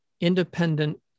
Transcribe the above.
independent